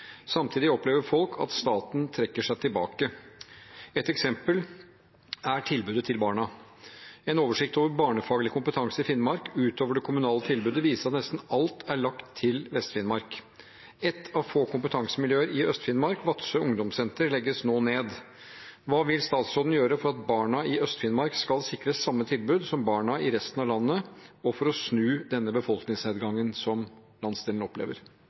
Samtidig opplever folk at staten trekker seg tilbake. Et eksempel er tilbudet til barna. En oversikt over barnefaglig kompetanse i Finnmark, ut over det kommunale tilbudet, viser at nesten alt er lagt til Vest-Finnmark. Ett av få kompetansemiljøer i Øst-Finnmark, Vadsø ungdomssenter, legges nå ned. Hva vil statsråden gjøre for at barna i Øst-Finnmark skal sikres samme tilbud som barn i resten av landet, og for å snu befolkningsnedgangen?»